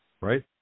right